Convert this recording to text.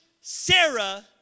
Sarah